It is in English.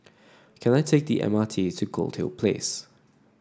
can I take the M R T to Goldhill Place